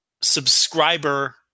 subscriber